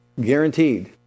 guaranteed